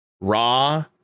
Raw